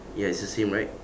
ya it's the same right